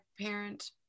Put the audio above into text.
parent